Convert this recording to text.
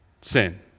sin